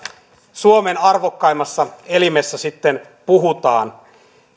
suomen arvokkaimmassa elimessä sitten puhutaan